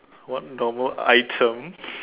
what normal items